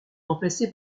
remplacé